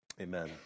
Amen